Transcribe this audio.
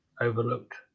overlooked